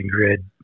grid